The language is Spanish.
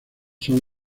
son